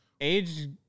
Age